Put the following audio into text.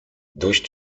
durch